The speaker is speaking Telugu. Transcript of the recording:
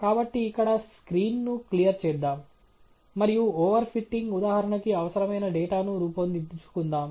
కాబట్టి ఇక్కడ స్క్రీన్ను క్లియర్ చేద్దాం మరియు ఓవర్ఫిటింగ్ ఉదాహరణకి అవసరమైన డేటాను రూపొందించుదాం